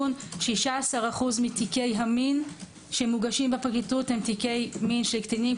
16% מתיקי המין שמוגשים בפרקליטות הם תיקי מין של קטינים,